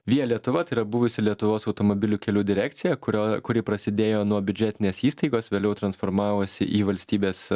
via lietuva tai yra buvusi lietuvos automobilių kelių direkcija kurio kuri prasidėjo nuo biudžetinės įstaigos vėliau transformavosi į valstybės